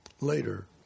Later